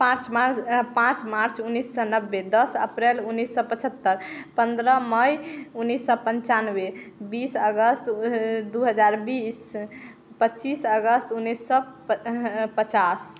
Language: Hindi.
पाँच मार् पाँच मार्च उन्नीस सौ नब्बे दस अप्रैल उन्नीस सौ पचहत्तर पंद्रह मई उन्नीस सौ पंचानवे बीस अगस्त दो हज़ार बीस पच्चीस अगस्त उन्नीस सौ प पचास